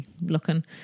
looking